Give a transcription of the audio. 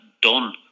done